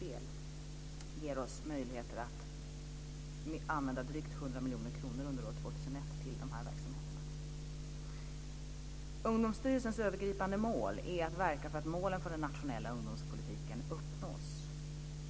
Detta ger oss möjligheter att använda drygt 100 miljoner kronor under år 2001 till de här verksamheterna. Ungdomsstyrelsens övergripande mål är att verka för att målen för den nationella ungdomspolitiken uppnås.